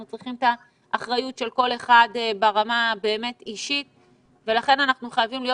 אנחנו צריכים את האחריות האישית של כל אחד ואחד ולכן אנחנו חייבים להיות